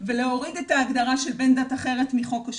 ולהוריד את ההגדרה של בן דת אחרת מחוק השבות.